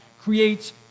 creates